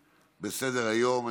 בסדר-היום.